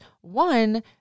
one